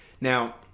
Now